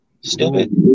Stupid